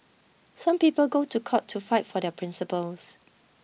some people go to court to fight for their principles